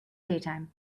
daytime